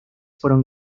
fueron